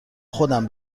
خودم